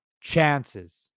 chances